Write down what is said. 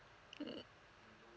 mm